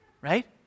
right